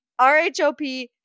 RHOP